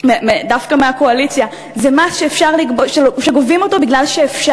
כי צריך לסגור בורות.